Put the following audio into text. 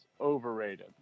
overrated